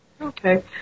Okay